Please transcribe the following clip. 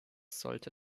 sollte